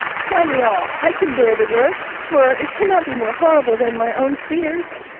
tell me all. i can bear the worst for it cannot be more horrible than my own fears